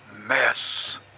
mess